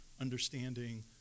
understanding